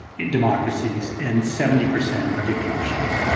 in democracies, and seventy percent are dictatorships.